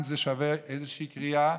אם זה שווה איזו קריאה,